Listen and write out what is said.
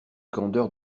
candeur